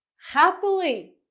happily.